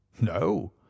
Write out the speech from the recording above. no